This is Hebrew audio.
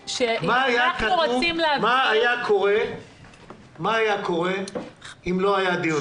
מה היה קורה אילו לא היה מתקיים היום הדיון?